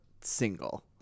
Single